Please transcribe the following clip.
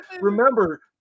remember